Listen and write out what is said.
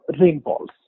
rainfalls